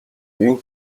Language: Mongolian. буян